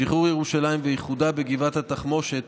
שחרור ירושלים ואיחודה בגבעת התחמושת,